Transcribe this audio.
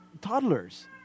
toddlers